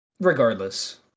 Regardless